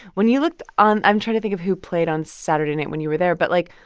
when you looked on i'm trying to think of who played on saturday night when you were there. but, like,